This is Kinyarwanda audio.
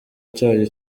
cyayo